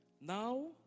Now